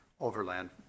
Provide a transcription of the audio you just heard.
overland